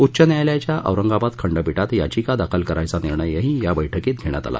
उच्च न्यायालयाच्या औरंगाबाद खंडपीठात याचिका दाखल करण्याचा निर्णयही या बैठकीत घेण्यात आला